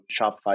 Shopify